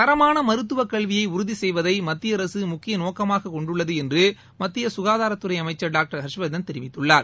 தரமான மருத்துவக்கல்வியை உறுதிசெய்வதை மத்திய அரசு முக்கிய நோக்கமாக கொண்டுள்ளது என்று சுகாதாரத்துறை அமைச்சர் டாக்டர் ஹர்ஷ்வர்தன் தெரிவித்துள்ளார்